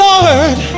Lord